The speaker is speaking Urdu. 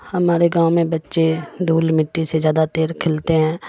ہمارے گاؤں میں بچے دھول مٹی سے زیادہ دیر کھلتے ہیں